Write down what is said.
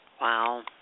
Wow